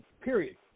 period